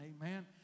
Amen